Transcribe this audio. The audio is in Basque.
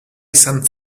izan